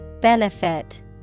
Benefit